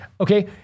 okay